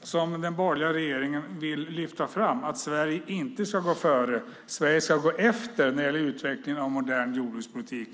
som den borgerliga regeringen vill lyfta fram, att Sverige inte ska gå före utan att Sverige ska gå efter när det gäller utvecklingen av en modern jordbrukspolitik?